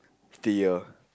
did your